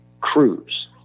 cruise